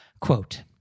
Quote